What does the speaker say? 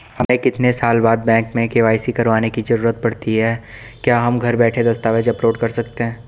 हमें कितने साल बाद बैंक में के.वाई.सी करवाने की जरूरत पड़ती है क्या हम घर बैठे दस्तावेज़ अपलोड कर सकते हैं?